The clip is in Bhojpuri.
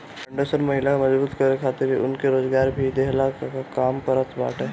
फाउंडेशन महिला के मजबूत करे खातिर उनके रोजगार भी देहला कअ काम करत बाटे